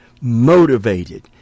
motivated